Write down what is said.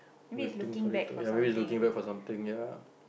waiting for it to ya maybe he's looking back for something ya